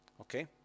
Okay